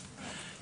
נכון.